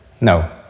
No